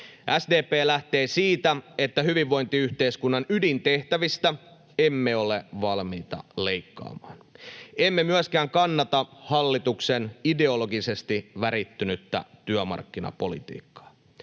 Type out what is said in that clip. SDP lähtee siitä, että hyvinvointiyhteiskunnan ydintehtävistä emme ole valmiita leikkaamaan. Emme myöskään kannata hallituksen ideologisesti värittynyttä työmarkkinapolitiikkaa.